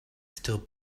still